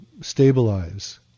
stabilize